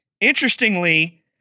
Interestingly